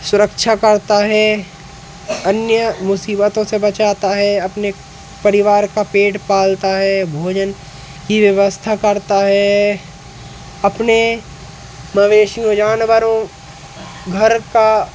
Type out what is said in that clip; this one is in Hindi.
सुरक्षा करता है अन्य मुसीबतों से बचाता है अपने परिवार का पेट पालता है भोजन की व्यवस्था करता है अपने मवेशों जानवरों घर का